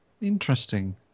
Interesting